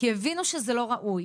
כי הם הבינו שזה לא ראוי,